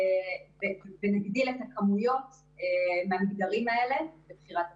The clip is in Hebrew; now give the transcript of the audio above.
ונגדיל את הכמויות במגדרים האלה לבחירת השרים.